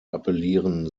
appellieren